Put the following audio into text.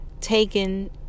taken